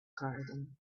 garden